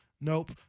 Nope